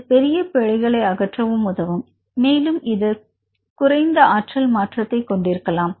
இது பெரிய பிழைகளை அகற்றவும் உதவும் மேலும் இது குறைந்த ஆற்றல் மாற்றத்தைக் கொண்டிருக்கலாம்